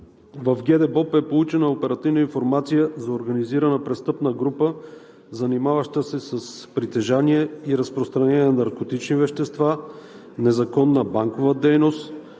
В ГДБОП е получена оперативна информация за организирана престъпна група, занимаваща се с притежание и разпространение на наркотични вещества, незаконна банкова дейност,